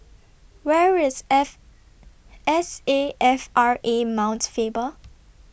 Where IS F S A F R A Mount Faber